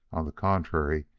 on the contrary,